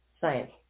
science